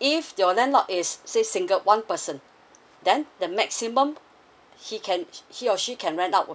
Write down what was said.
if your landlord is single say one person then the maximum he can he or she can rent out would be